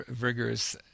rigorous